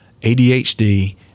adhd